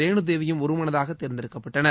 ரேணு தேவியும் ஒரு மனதாகத் தேர்ந்தெடுக்கப்பட்டனர்